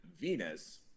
Venus